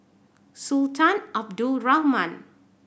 Sultan Abdul Rahman